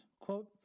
quote